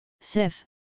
sif